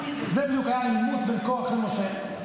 זה בדיוק היה העימות בין קרח למשה.